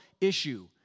issue